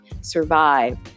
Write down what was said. survive